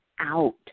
out